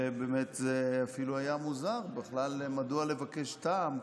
ובאמת זה אפילו היה מוזר בכלל מדוע לבקש טעם,